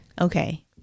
okay